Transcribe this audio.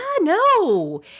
no